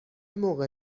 موقع